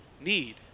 Need